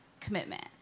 commitment